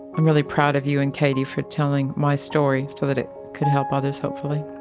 i'm really proud of you and katie for telling my story so that it could help others hopefully.